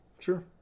Sure